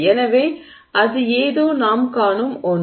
எனவே அது ஏதோ நாம் காணும் ஒன்று